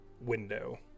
window